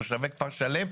תושבי כפר שלם,